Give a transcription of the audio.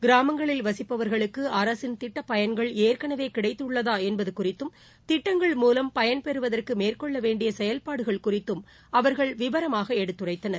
கிராமங்களில் வசிப்பவர்களுக்கு அரசின் திட்டப் பயன்கள் ஏற்கனவே கிடைத்துள்ளதா என்பது குறித்தும் திட்டங்கள் மூவம் பன்பெறுவதற்கு மேற்கொள்ள வேண்டிய செயல்பாடுகள் குறித்தும் அவர்கள் விவரமாக எடுத்துரைத்தனர்